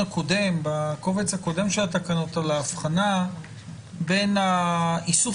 בקובץ הקודם של התקנות דיברנו על ההבחנה בין איסוף